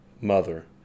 mother